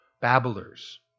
babblers